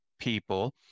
people